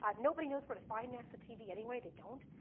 um nobody knows where to find nasa tv, anyway. they don't.